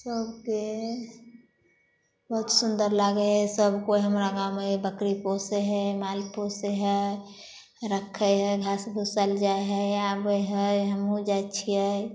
सबके बहुत सुन्दर लागै हइ सब कोइ हमरा गाँवमे हइ बकरी पोसै हइ गाय पोसै हइ रखै हइ घास भूस्सा लऽ जाइ हइ आबै हइ हमहु जाय छियै